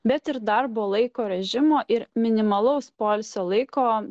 bet ir darbo laiko režimo ir minimalaus poilsio laiko